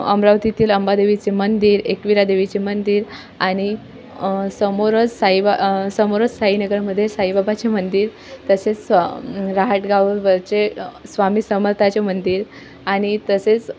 अमरावतीतील अंबादेवीचे मंदिर एकविरा देवीचे मंदिर आणि समोरच साईबा समोरज साईनगरमध्ये साईबाबाचे मंदिर तसेच स् राहाटगावावरचे स्वामी समर्थाचे मंदिर आणि तसेच